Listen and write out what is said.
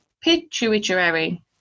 pituitary